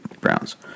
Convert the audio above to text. Browns